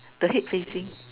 the head facing